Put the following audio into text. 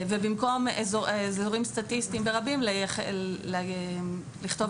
במקום "אזורים סטטיסטיים" ברבים, אנחנו רוצים